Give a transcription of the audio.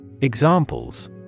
Examples